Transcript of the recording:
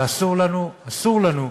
ואסור לנו, אסור לנו,